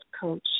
coach